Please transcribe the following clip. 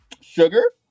Sugar